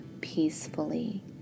peacefully